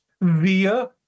via